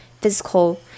physical